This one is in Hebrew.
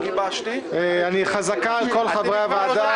האיחוד הלאומי): << דובר_המשך >> אני טרם גיבשתי עמדה.